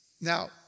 Now